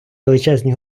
величезні